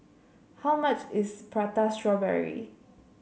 how much is Prata Strawberry